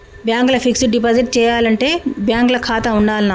Bank ల fixed deposit చేయాలంటే bank ల ఖాతా ఉండాల్నా?